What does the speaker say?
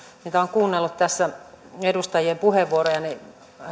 mitä olen kuunnellut tässä edustajien puheenvuoroja niin